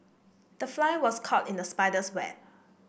the fly was caught in the spider's web